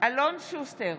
אלון שוסטר,